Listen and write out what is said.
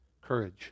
Courage